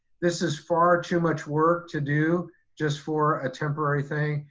this is far too much work to do just for a temporary thing.